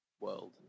world